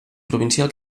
provincial